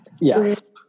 Yes